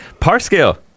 Parscale